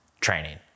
training